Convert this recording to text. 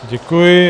Děkuji.